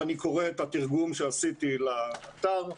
ואני קורא את התרגום שעשיתי לאתר,